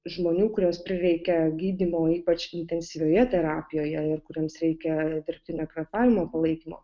žmonių kuriems prireikia gydymo ypač intensyvioje terapijoje ir kuriems reikia dirbtinio kvėpavimo palaikymo